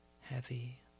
heavy